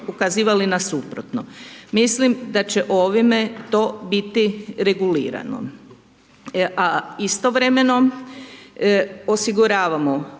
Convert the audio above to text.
koji su upravo Mislim da će ovime to biti regulirano. A istovremeno osiguravamo